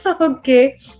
Okay